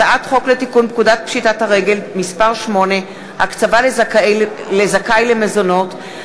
הצעת חוק לתיקון פקודת פשיטת הרגל (מס' 8) (הקצבה לזכאי למזונות),